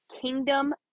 kingdom